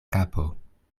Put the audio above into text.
kapo